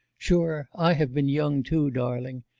sure, i have been young too, darling.